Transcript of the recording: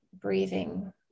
breathing